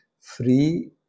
free